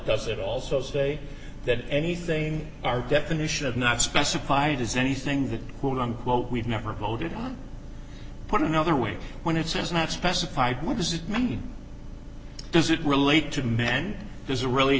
does it also say that anything our definition of not specified is anything that would unquote we've never voted on put another way when it's not specified what does it mean does it relate to men there's really